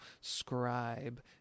scribe